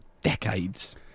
decades